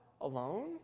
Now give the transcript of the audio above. alone